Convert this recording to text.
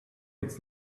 it’s